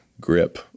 grip